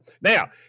Now